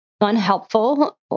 unhelpful